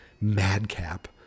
Madcap